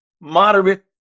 moderate